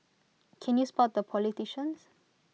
can you spot the politicians